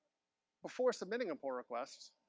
before submitting a pull request,